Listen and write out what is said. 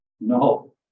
No